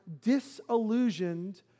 disillusioned